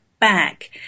back